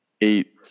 eight